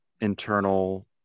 internal